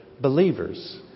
believers